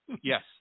Yes